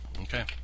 Okay